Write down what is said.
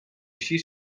així